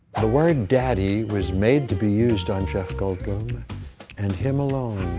the word daddy was made to be used on jeff goldblum and him alone.